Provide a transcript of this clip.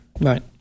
Right